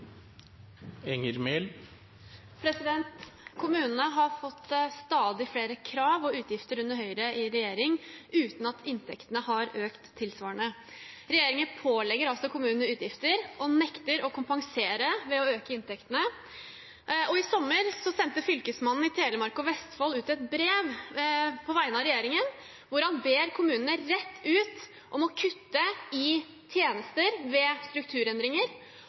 Kommunene har fått stadig flere krav og utgifter under Høyre i regjering, uten at inntektene har økt tilsvarende. Regjeringen pålegger altså kommunene utgifter og nekter å kompensere ved å øke inntektene. I sommer sendte Fylkesmannen i Telemark og Vestfold ut et brev på vegne av regjeringen hvor han ber kommunene rett ut om å kutte i tjenester ved strukturendringer